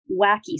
wacky